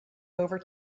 over